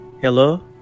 Hello